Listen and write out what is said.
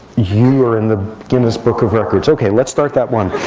you are in the guinness book of records. ok, let's start that one.